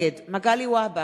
אדוני השר, להביא שקי שינה?